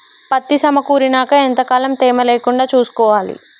పత్తి సమకూరినాక ఎంత కాలం తేమ లేకుండా చూసుకోవాలి?